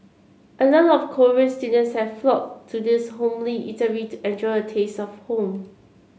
a lot of Korean students have flocked to this homely eatery to enjoy taste of home